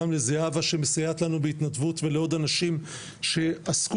גם לזהבה שמסייעת לנו בהתנדבות ולעוד אנשים שעסקו